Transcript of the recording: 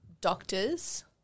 doctors